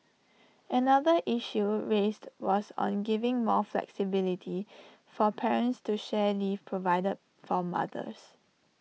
another issue raised was on giving more flexibility for parents to share leave provided for mothers